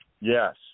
Yes